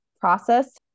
process